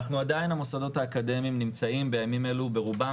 עדיין המוסדות האקדמיים נמצאים בימים אלו ברובם